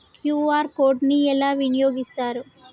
QR code ని ఎలా వినియోగిస్తారు?